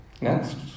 Next